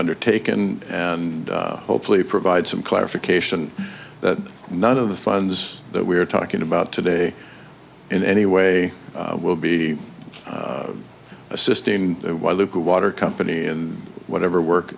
undertaken and hopefully provide some clarification that none of the funds that we're talking about today in any way will be assisting while local water company and whatever work